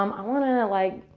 um i want to, and like,